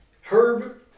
Herb